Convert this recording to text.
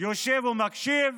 יושב ומקשיב,